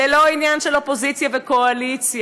זה לא עניין של אופוזיציה וקואליציה,